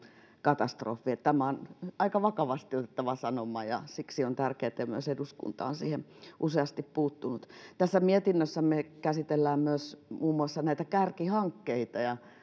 katastrofi tämä on aika vakavasti otettava sanoma ja siksi on tärkeää että myös eduskunta on siihen useasti puuttunut mietinnössämme käsitellään myös muun muassa näitä kärkihankkeita ja